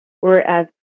Whereas